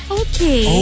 okay